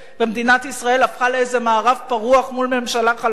מדינת ישראל הפכה לאיזה מערב פרוע מול ממשלה חלשה.